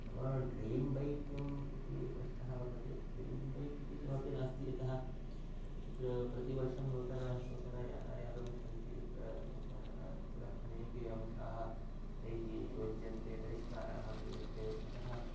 मम dream bike किम् इति प्रश्नः वर्तते ड्रीम् बैक् इति किमपि नास्ति यतः तत्र प्रतिवर्षं नूतनानि नूतनयानानि आगमिष्यन्ति अत्र नूतनाः अनेके अंशाः तैः योज्यन्ते परिष्काराः क्रियन्ते अतः